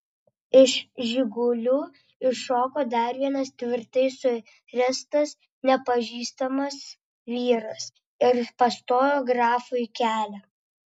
iš žigulių iššoko dar vienas tvirtai suręstas nepažįstamas vyras ir pastojo grafui kelią